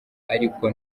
ariko